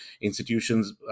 institutions